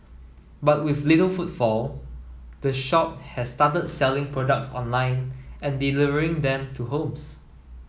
but with little footfall the shop has started selling products online and delivering them to homes